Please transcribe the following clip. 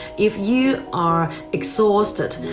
if you are exhausted,